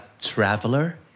traveler